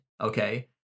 okay